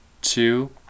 two